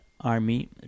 army